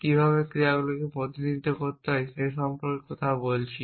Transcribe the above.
কীভাবে ক্রিয়াগুলিকে প্রতিনিধিত্ব করতে হয় সে সম্পর্কে কথা বলছি